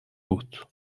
بود